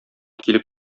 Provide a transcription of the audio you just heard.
килеп